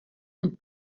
und